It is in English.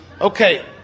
Okay